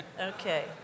Okay